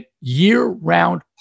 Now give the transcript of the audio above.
year-round